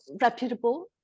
reputable